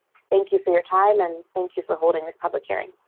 thank you for your time and thank you for holding this public hearing